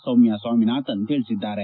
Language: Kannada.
ಸೌಮ್ಯ ಸ್ವಾಮಿನಾಥನ್ ತಿಳಿಸಿದ್ದಾರೆ